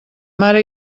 mare